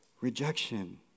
rejection